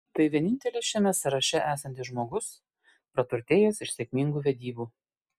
tai vienintelis šiame sąraše esantis žmogus praturtėjęs iš sėkmingų vedybų